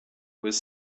was